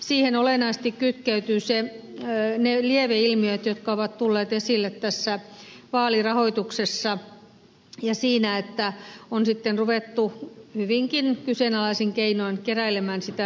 siihen olennaisesti kytkeytyvät ne lieveilmiöt jotka ovat tulleet esille tässä vaalirahoituksessa ja siinä että on sitten ruvettu hyvinkin kyseenalaisin keinoin keräilemään sitä rahaa